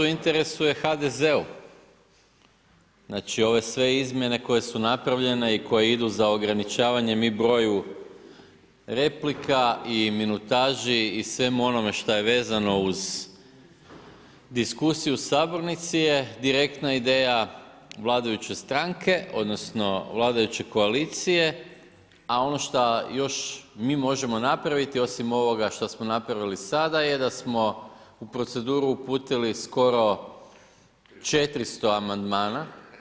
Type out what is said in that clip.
U interesu je HDZ-u, znači sve ove izmjene koje su napravljene i koje idu za ograničavanjem i broju replika i minutaži i svemu onome što je vezano uz diskusiju u sabornici je direktna ideja vladajuće stranke, odnosno vladajuće koalicije, a ono što mi još možemo napraviti osim ovoga što smo napravili sada je da smo u proceduru uputili skoro 400 amandmana.